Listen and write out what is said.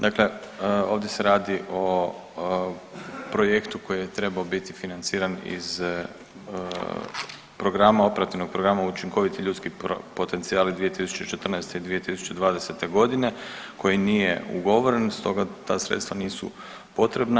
Dakle, ovdje se radi o projektu koji je trebao biti financiran iz programa, Operativnog programa Učinkoviti ljudski potencijali 2014. i 2020. godine koji nije ugovoren stoga ta sredstva potrebna.